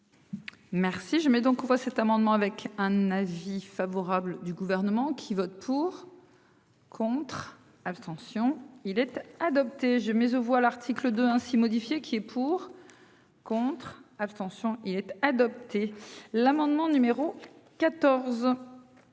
Merci je mets donc on voit cet amendement avec un avis favorable du gouvernement qui vote pour. Contre. Abstention il être adopté je mets aux voix l'article de ainsi modifié qui est pour. Contre, abstention et être adopté l'amendement numéro 14.